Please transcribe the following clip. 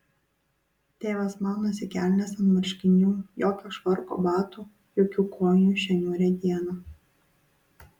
tėvas maunasi kelnes ant marškinių jokio švarko batų jokių kojinių šią niūrią dieną